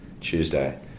Tuesday